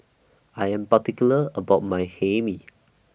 I Am particular about My Hae Mee